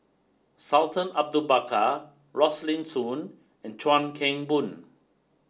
Sultan Abu Bakar Rosaline Soon and Chuan Keng Boon